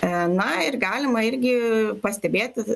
e na ir galima irgi pastebėti